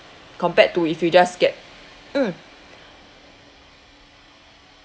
compared to if you just get mm